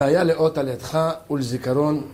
היה לאות על ידך ולזיכרון